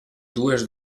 dues